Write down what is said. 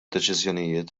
deċiżjonijiet